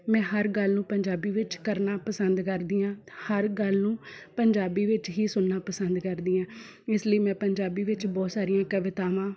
ਮੈਂ ਹਰ ਗੱਲ ਨੂੰ ਪੰਜਾਬੀ ਵਿੱਚ ਕਰਨਾ ਪਸੰਦ ਕਰਦੀ ਹਾਂ ਹਰ ਗੱਲ ਨੂੰ ਪੰਜਾਬੀ ਵਿੱਚ ਹੀ ਸੁਣਨਾ ਪਸੰਦ ਕਰਦੀ ਹਾਂ ਇਸ ਲਈ ਮੈਂ ਪੰਜਾਬੀ ਵਿੱਚ ਬਹੁਤ ਸਾਰੀਆਂ ਕਵਿਤਾਵਾਂ